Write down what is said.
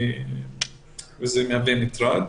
וזה מהווה מטרד.